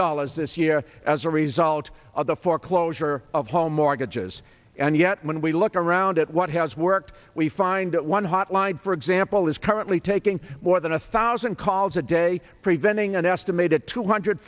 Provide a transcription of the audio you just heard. dollars this year as a result of the foreclosure of home mortgages and yet when we look around at what has worked we find that one hotline for example is currently taking more than a thousand calls a day preventing an estimated two hundred